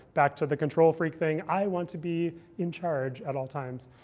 back to the control freak thing, i want to be in charge at all times.